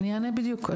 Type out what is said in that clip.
אני אענה בדיוק.